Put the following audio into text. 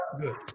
good